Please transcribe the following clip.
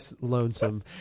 lonesome